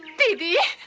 they be?